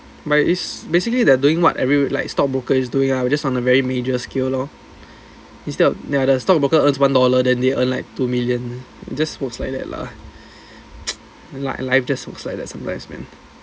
but it's basically they're doing what every like stockbroker is doing lah just on a very major scale lor instead of ya the stockbroker earns one dollar then they earn like two million just works like that lah li~ life just works like that sometimes man